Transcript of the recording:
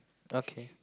okay